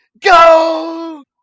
Go